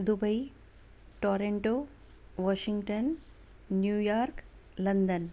Dubai Toronto Washington New York London